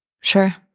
Sure